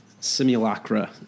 simulacra